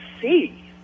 see